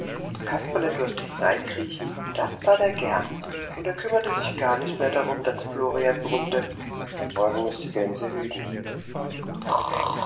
kasperle durfte hineinkriechen das tat er gern und er kümmerte sich gar nicht mehr darum daß florian brummte morgen mußt du gänse hüten